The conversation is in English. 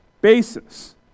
basis